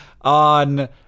on